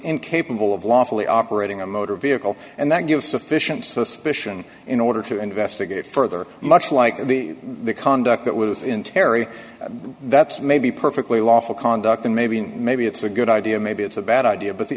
lawfully operating a motor vehicle and that give sufficient suspicion in order to investigate further much like the the conduct that was in terry that's maybe perfectly lawful conduct and maybe maybe it's a good idea maybe it's a bad idea but the